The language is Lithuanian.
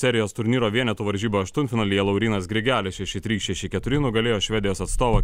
serijos turnyro vienetų varžybų aštuntfinalyje laurynas grigelis šeši trys šeši keturi nugalėjo švedijos atstovą